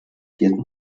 vierten